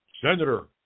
senator